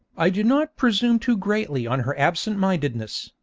i do not presume too greatly on her absent-mindedness,